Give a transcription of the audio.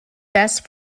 best